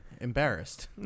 embarrassed